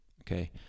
okay